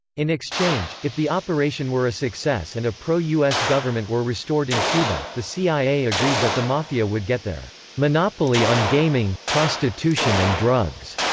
in exchange, if the operation were a success and a pro-us government were restored in cuba, the cia agreed that the mafia would get their monopoly on gaming, prostitution and drugs.